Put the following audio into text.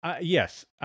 Yes